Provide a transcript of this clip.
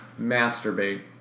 masturbate